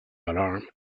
alarm